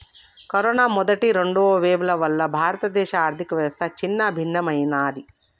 corona మొదటి, రెండవ వేవ్ల వల్ల భారతదేశ ఆర్ధికవ్యవస్థ చిన్నాభిన్నమయ్యినాది